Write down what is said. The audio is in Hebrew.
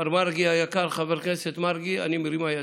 מר מרגי היקר, חבר הכנסת מרגי, אני מרימה ידיים,